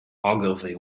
ogilvy